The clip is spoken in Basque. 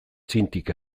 txintik